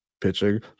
pitching